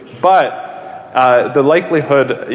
but the likelihood,